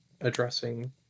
addressing